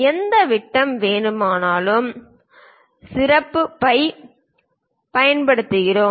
எந்த விட்டம் வேண்டுமானாலும் சிறப்பு சின்னம் ஃபை பயன்படுத்துகிறோம்